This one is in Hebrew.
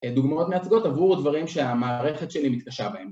דוגמאות מייצגות עבור דברים שהמערכת שלי מתקשה בהם